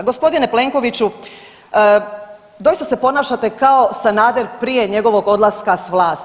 Gospodine Plenkoviću, doista se ponašate kao Sanader prije njegovog odlaska s vlasti.